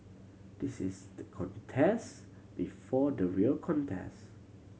this is the contest before the real contest